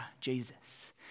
Jesus